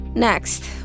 Next